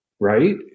right